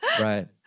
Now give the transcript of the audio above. Right